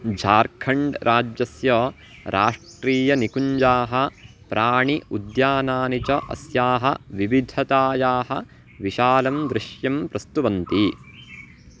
झार्खण्ड्राज्यस्य राष्ट्रीय निकुञ्जाः प्राणी उद्यानानि च अस्याः विविधतायाः विशालं दृश्यं प्रस्तुतवन्ति